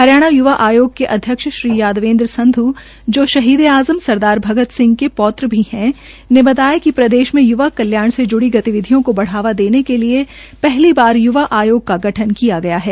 हरियाणा य्वा आयोग के अध्यक्ष श्री यादवेन्द्र संध् जो शहीद ए आजम सरदार भगत सिंह के पौत्र भी है ने बताया कि प्रदेश में य्वा कल्याण से ज्ड़ी गतिविधियों को बढ़ावा देने के लिए पहली बार य्वा आयोग का गठन किया गया है